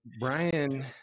Brian